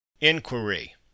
Inquiry